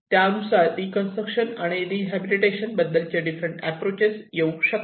त्या अनुसार रीकन्स्ट्रक्शन आणि रीहबिलीटेशन बद्दलचे डिफरंट अॅप्रोचेस येऊ शकतात